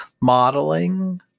modeling